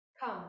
Come